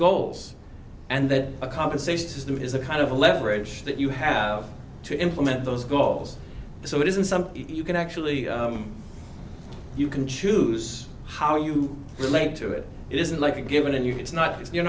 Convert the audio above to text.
goals and that a compensation system is a kind of leverage that you have to implement those goals so it isn't something you can actually you can choose how you relate to it it isn't like a given in your it's not